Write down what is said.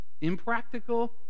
impractical